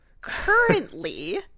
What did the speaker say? currently